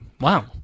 Wow